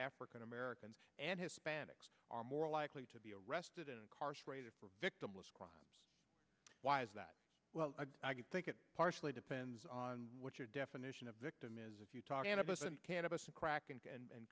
african americans and hispanics are more likely to be arrested and incarcerated for victimless crime why is that well i think it partially depends on what your definition of victim is if you talk and can